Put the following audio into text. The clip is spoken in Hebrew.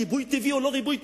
ריבוי טבעי או לא ריבוי טבעי?